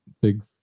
big